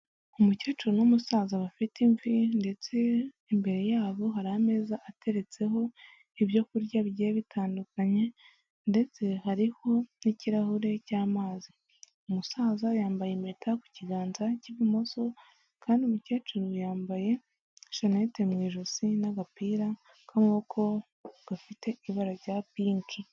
Umukecuru n'umusaza bafite imvi ndetse imbere yabo hari ameza ateretseho ibyo kurya bigiye bitandukanye ndetse hariho n'ikirahure cy'amazi, umusaza yambaye impeta ku kiganza cy'ibumoso kandi umukecuru yambaye shanete mu ijosi n'agapira k'amaboko gafite ibara rya pinki.